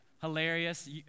hilarious